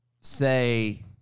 say